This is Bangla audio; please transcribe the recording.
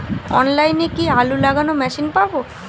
অনলাইনে কি আলু লাগানো মেশিন পাব?